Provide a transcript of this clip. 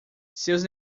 seus